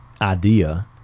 idea –